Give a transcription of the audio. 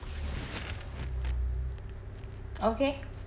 okay